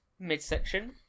midsection